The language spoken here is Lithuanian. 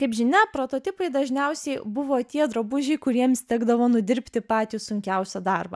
kaip žinia prototipai dažniausiai buvo tie drabužiai kuriems tekdavo nudirbti patį sunkiausią darbą